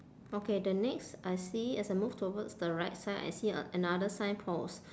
okay the next I see as I move towards the right side I see a another sign post